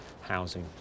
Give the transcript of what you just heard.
housing